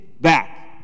back